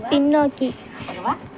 பின்னோக்கி